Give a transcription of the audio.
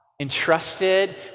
entrusted